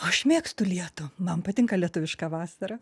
aš mėgstu lietų man patinka lietuviška vasara